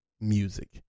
music